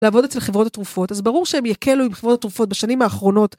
לעבוד אצל חברות התרופות אז ברור שהם יקלו עם חברות התרופות בשנים האחרונות